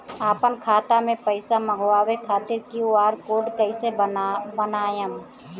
आपन खाता मे पईसा मँगवावे खातिर क्यू.आर कोड कईसे बनाएम?